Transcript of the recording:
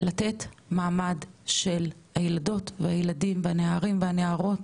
לתת מעמד של הילדות והילדים והנערים והנערות